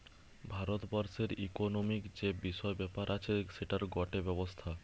ভারত বর্ষের ইকোনোমিক্ যে বিষয় ব্যাপার আছে সেটার গটে ব্যবস্থা